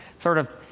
sort of,